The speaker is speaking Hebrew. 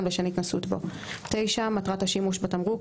לשם התנסות בו; (9) מטרת השימוש בתמרוק,